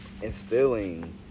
Instilling